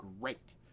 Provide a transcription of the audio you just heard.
Great